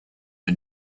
the